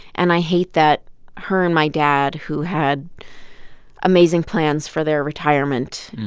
and i hate that her and my dad, who had amazing plans for their retirement,